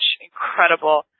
incredible